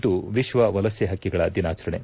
ಇಂದು ವಿಶ್ವ ವಲಸೆ ಹಕ್ಕಿಗಳ ದಿನಾಚರಣೆ